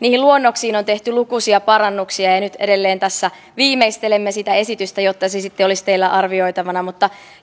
niihin luonnoksiin on tehty lukuisia parannuksia ja ja nyt edelleen tässä viimeistelemme sitä esitystä jotta se sitten olisi teillä arvioitavana